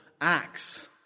acts